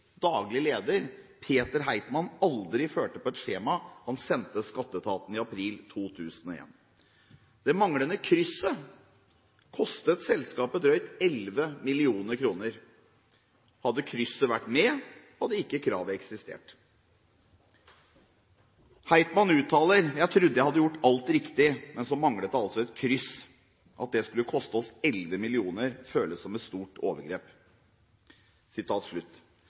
daglig leder, Peter Heitmann, aldri førte på et skjema han sendte skatteetaten i april 2001. Det manglende krysset kostet selskapet drøyt 11 mill. kr. Hadde krysset vært med, hadde ikke kravet eksistert. Heitmann uttaler: Jeg trodde jeg hadde gjort alt riktig, men så manglet det altså et kryss. At det skulle koste oss 11 mill. kr, føles som et stort overgrep.